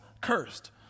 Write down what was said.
cursed